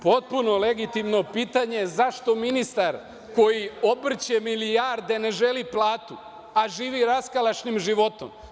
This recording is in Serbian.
Potpuno legitimno pitanje – zašto ministar koji obrće milijarde ne želi platu, a živi raskalašnim životom?